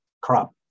crop